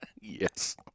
Yes